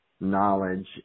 knowledge